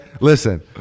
Listen